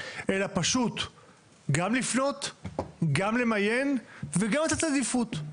אלא פשוט גם לפנות, גם למיין וגם לתת עדיפות.